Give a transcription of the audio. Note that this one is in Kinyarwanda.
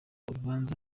urubanza